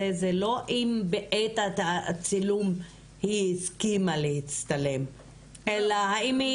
זה לא אם בעת הצילום היא הסכימה להצטלם אלא האם היא